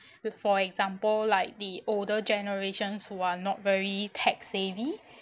for example like the older generations who are not very tech savvy